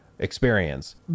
experience